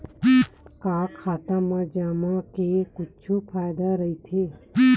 का खाता मा जमा के कुछु फ़ायदा राइथे?